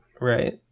right